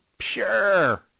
Sure